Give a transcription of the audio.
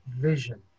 vision